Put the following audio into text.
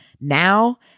Now